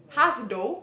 though